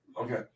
Okay